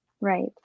Right